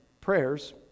prayers